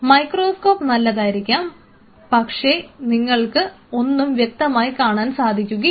microscope നല്ലതായിരിക്കും പക്ഷേ നിങ്ങൾക്ക് ഒന്നും വ്യക്തമായി കാണാൻ സാധിക്കുകയില്ല